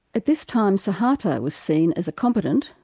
at this time suharto was seen as a competent,